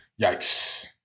yikes